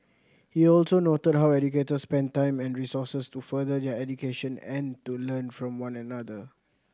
he also noted how educators spend time and resources to further their education and to learn from one another